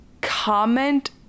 comment